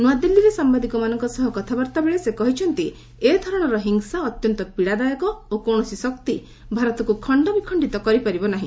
ନୂଆଦିଲ୍ଲୀରେ ସାମ୍ବାଦିକମାନଙ୍କ ସହ କଥାବାର୍ତ୍ତା ବେଳେ ସେ କହିଛନ୍ତି ଏଧରଣର ହିଂସା ଅତ୍ୟନ୍ତ ପୀଡ଼ାଦାୟକ ଓ କୌଣସି ଶକ୍ତି ଭାରତକୁ ଖଣ୍ଡବିଖଣ୍ଡିତ କରିପାରିବ ନାର୍ହି